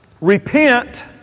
Repent